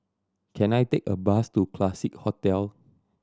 can I take a bus to Classique Hotel